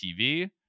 TV